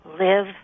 Live